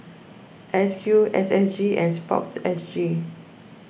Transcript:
S Q S S G and Sports S G